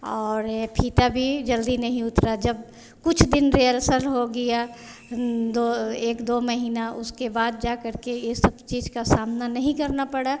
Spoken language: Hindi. और यह फीता भी जल्दी नहीं उतरा जब कुछ दिन रेहर्सर हो गया तो यह एक दो महीना उसके बाद जा करके ई सब चीज़ का सामना नहीं करना पड़ा